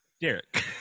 Derek